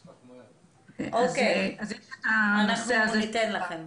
בסדר, ניתן לכם.